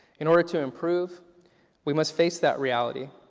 in order to improve we must face that reality.